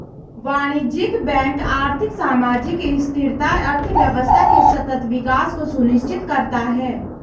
वाणिज्यिक बैंक आर्थिक, सामाजिक स्थिरता, अर्थव्यवस्था के सतत विकास को सुनिश्चित करता है